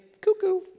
Cuckoo